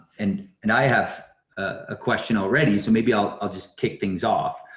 and and i have a question already, so maybe i'll i'll just kick things off.